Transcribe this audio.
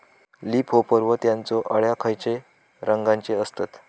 Leaf hopper व त्यानचो अळ्या खैचे रंगाचे असतत?